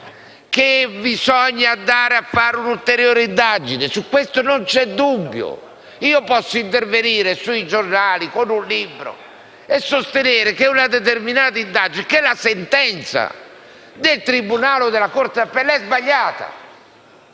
che bisogna fare un'ulteriore indagine. Su questo non c'è dubbio. Io posso intervenire sui giornali o con un libro e sostenere che una determinata indagine o che la sentenza del tribunale o della corte d'appello è sbagliata.